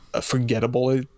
forgettable